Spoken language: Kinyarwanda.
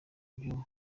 byo